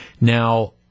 Now